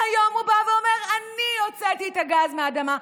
והיום הוא בא ואומר: אני הוצאתי את הגז מהאדמה.